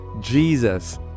Jesus